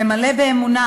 למלא באמונה